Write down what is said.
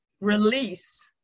release